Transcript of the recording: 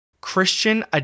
Christian